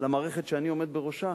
למערכת שאני עומד בראשה,